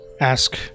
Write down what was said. ask